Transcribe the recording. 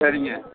சரிங்க